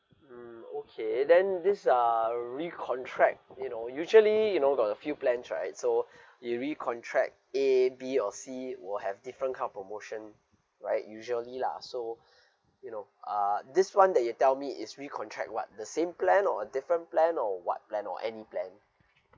mm okay then this uh recontract you know usually you know got a few plans right so if recontract A B or C will have different kind of promotion right usually lah so you know uh this one that you tell me is recontract what the same plan or different plan or what plan or any plan